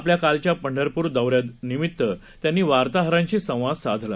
आपल्या कालच्या पंढरपूर दौऱ्यादरम्यानं त्यांनी वार्ताहरांशी संवाद साधला